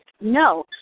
no